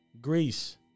Greece